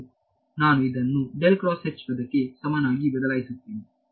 ಮತ್ತು ನಾನು ಇದನ್ನು ಪದಕ್ಕೆ ಸಮನಾಗಿ ಬದಲಾಯಿಸುತ್ತೇನೆ